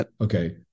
Okay